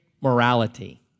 morality